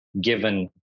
given